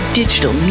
digital